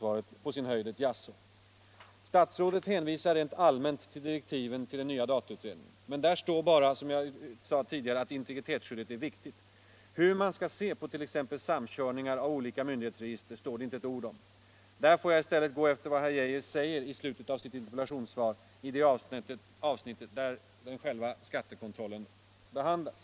Statsrådet hänvisar rent allmänt till direktiven 23 mars 1976 till den nya datautredningen, men där står bara, som jag sade tidigare, = att integritetsskyddet är viktigt. Hur man skall se på t.ex. samkörningar . Om användningen av olika myndighetsregister står det inte ett ord om. Där får jag i stället — av statliga dataregå efter vad herr Geijer säger i slutet av sitt interpellationssvar, i det = gister för kontroll av avsnitt där skattekontrollen behandlas.